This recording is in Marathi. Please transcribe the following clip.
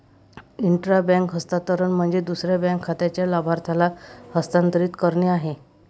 इंट्रा बँक हस्तांतरण म्हणजे दुसऱ्या बँक खात्याच्या लाभार्थ्याला हस्तांतरित करणे आहे